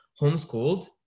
homeschooled